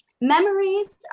memories